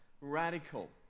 Radical